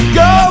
go